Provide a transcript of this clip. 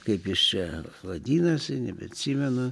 kaip jis čia vadinasi nebeatsimenu